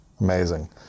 Amazing